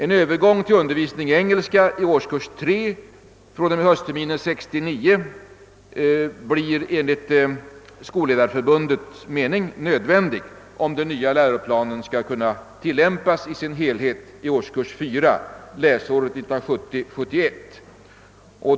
En övergång till undervisning i engelska för årskurs 3 fr.o.m. höstterminen 1969 blir enligt Skolledarförbundets mening nödvändig, om den nya läroplanen skall kunna tilllämpas i sin helhet i årskurs 4 läsåret 1970/71.